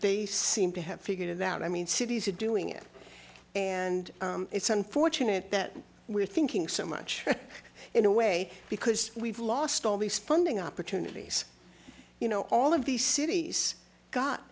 they seem to have figured it out i mean cities are doing it and it's unfortunate that we're thinking so much in a way because we've lost all these funding opportunities you know all of these cities got